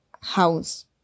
house